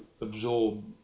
absorb